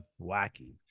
Wacky